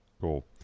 cool